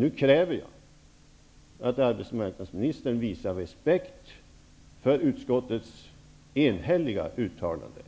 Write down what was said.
Nu kräver jag att arbetsmarknadsministern visar respekt för arbetsmarknadsutskottets enhälliga uttalande